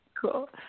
Cool